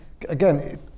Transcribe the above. again